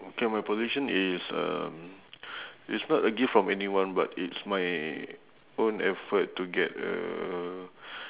okay my possession is um it's not a gift from anyone but it's my own effort to get a